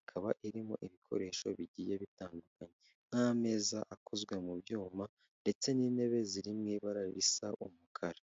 ikaba irimo ibikoresho bigiye bitandukanye nk'ameza akozwe mu byuma ndetse n'intebe ziri mu ibara risa umukara.